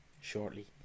shortly